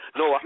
no